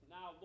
Now